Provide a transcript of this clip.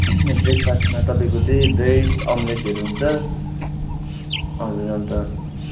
ब्रेकफास्टमा तपाईँको त्यही ब्रेड अमलेटहरू हुन्छ हजुर अन्त